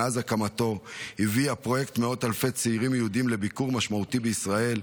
מאז הקמתו הביא הפרויקט מאות אלפי צעירים יהודים לביקור משמעותי בישראל,